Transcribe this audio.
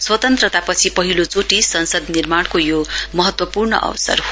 स्वतन्त्रता पछि पहिलो चोटि संसद निर्माणको यो महत्वपूर्ण अवसर हो